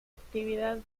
actividad